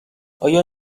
آیا